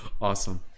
Awesome